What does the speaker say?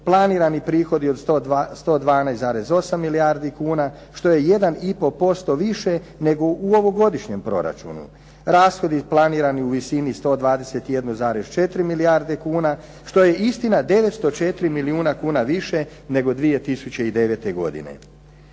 planirani prihodi od 112,8 milijardi kuna što je 1 i pol posto više nego u ovogodišnjem proračunu. Rashodi planirani u visini 121,4 milijarde kuna što je istina 904 milijuna kuna više nego 2009. godine.